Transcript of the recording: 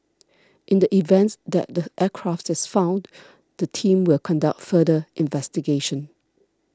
in the events that the aircraft is found the team will conduct further investigation